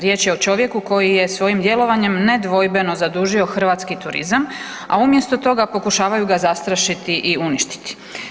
Riječ je čovjeku koji je svojim djelovanjem nedvojbeno zadužio hrvatski turizam, a umjesto toga pokušavaju ga zastrašiti i uništiti.